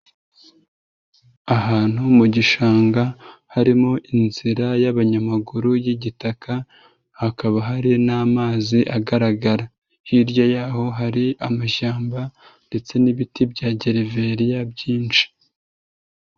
Ahantu mu gishanga harimo inzira y'abanyamaguru y'igitaka, hakaba hari n'amazi agaragara. Hirya y'aho hari amashyamba ndetse n'ibiti bya gereveriya byinshi.